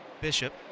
Bishop